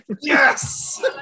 Yes